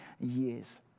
years